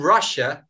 Russia